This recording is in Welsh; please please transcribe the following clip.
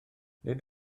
nid